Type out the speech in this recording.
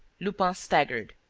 lupin staggered,